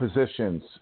positions